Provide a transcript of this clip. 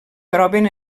troben